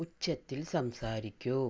ഉച്ചത്തിൽ സംസാരിക്കൂ